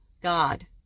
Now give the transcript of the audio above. God